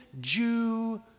Jew